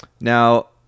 now